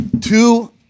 two